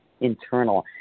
Internal